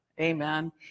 Amen